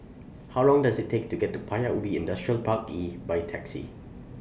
How Long Does IT Take to get to Paya Ubi Industrial Park E By Taxi